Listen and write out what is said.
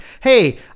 hey